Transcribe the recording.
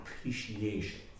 appreciation